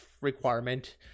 requirement